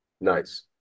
Nice